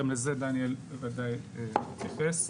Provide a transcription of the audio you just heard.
גם לזה דניאל ודאי יתייחס.